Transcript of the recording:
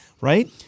right